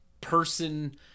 person